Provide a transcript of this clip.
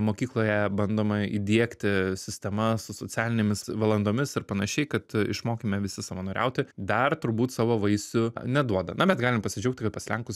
mokykloje bandoma įdiegti sistema su socialinėmis valandomis ir panašiai kad išmokime visi savanoriauti dar turbūt savo vaisių neduoda na bet galim pasidžiaugti kad pas lenkus